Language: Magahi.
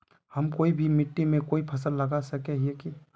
हम कोई भी मिट्टी में कोई फसल लगा सके हिये की?